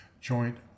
joint